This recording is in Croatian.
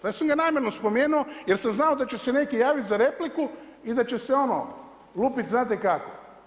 Ja sam ga namjerno spomenuo, jer sam znao da će se neki namjerno javiti za repliku i da će se ono, lupiti znate kako.